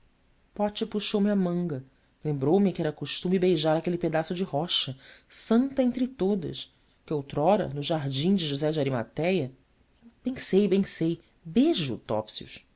pote puxou me a manga lembrou-me que era costume beijar aquele pedaço de rocha santa entre todas que outrora no jardim de josé de arimatéia bem sei bem sei beijo